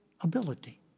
ability